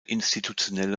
institutionelle